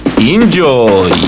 Enjoy